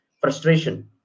frustration